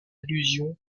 allusion